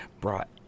brought